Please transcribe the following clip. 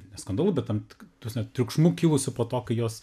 ne skandalu bet tam tik ta prasme triukšmu kilusiu po to kai jos